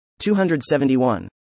271